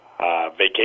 vacation